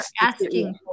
asking